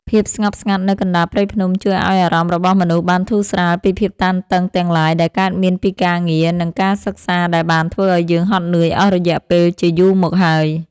ភាពស្ងប់ស្ងាត់នៅកណ្ដាលព្រៃភ្នំជួយឱ្យអារម្មណ៍របស់មនុស្សបានធូរស្រាលពីភាពតានតឹងទាំងឡាយដែលកើតមានពីការងារ និង ការសិក្សាដែលបានធ្វើឱ្យយើងហត់នឿយអស់រយៈពេលជាយូរមកហើយ។